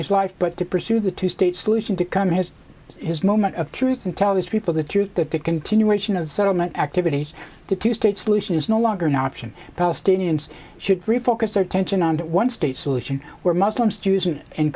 his life but to pursue the two state solution to come his his moment of truth and tell his people the truth that the continuation of settlement activities the two state solution is no longer an option palestinians should refocus their attention on that one state solution where muslims jews and